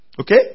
Okay